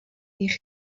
eich